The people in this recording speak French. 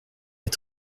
est